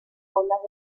aulas